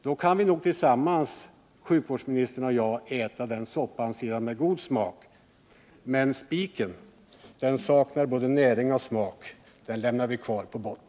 Då kan nog sjukvårdsministern och jag tillsammans äta den soppan med god smak. Men spiken saknar både näring och smak — den lämnar vi kvar på botten!